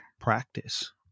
practice